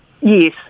Yes